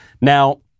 Now